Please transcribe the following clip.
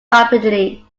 rapidly